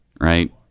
right